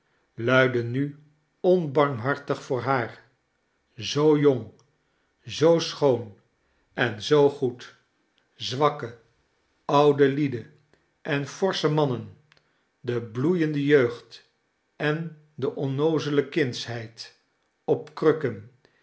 luidde nu onbarmhartig voor haar zoo jong zoo schoon en zoo goed zwakke oude lieden en forsche mannen de bloeiende jeugd en de onnoozele kindsheid